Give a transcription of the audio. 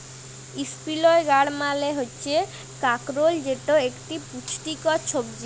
ইসপিলই গাড় মালে হচ্যে কাঁকরোল যেট একট পুচটিকর ছবজি